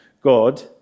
God